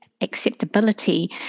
acceptability